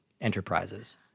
enterprises